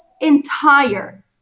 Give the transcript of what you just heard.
entire